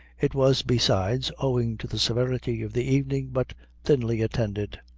it was, besides, owing to the severity of the evening, but thinly attended.